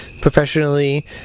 professionally